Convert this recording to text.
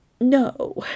no